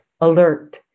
alert